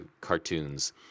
cartoons